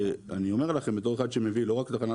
ואני אומר לכם בתור אחד שמביא לא רק לתחנת